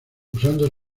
usando